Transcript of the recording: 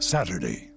Saturday